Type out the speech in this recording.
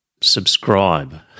subscribe